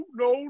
no